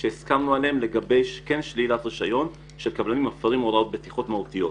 שהסכמנו לגבי שלילת רישיון של קבלנים המפרים הוראות בטיחות מהותיות.